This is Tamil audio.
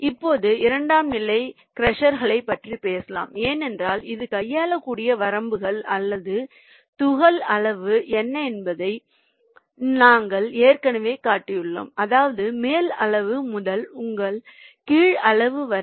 இப்போது இரண்டாம் நிலை க்ரஷர்களைப் பற்றிப் பேசலாம் ஏனென்றால் அது கையாளக்கூடிய வரம்புகள் அல்லது துகள் அளவு என்ன என்பதை நாங்கள் ஏற்கனவே காட்டியுள்ளோம் அதாவது மேல் அளவு முதல் உங்கள் கீழ் அளவு வரை